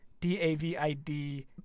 D-A-V-I-D